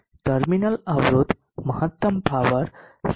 8 terminal અવરોધ મહત્તમ power 7